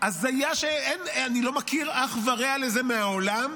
הזיה, אני לא מכיר אח ורע לזה מהעולם,